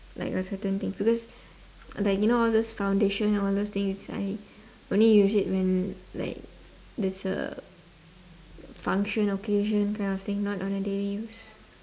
like a certain thing because like you know all those foundation all those things I only use it when like there's a function occasion kind of thing not on a daily use